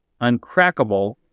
uncrackable